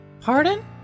Pardon